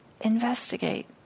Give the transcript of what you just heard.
investigate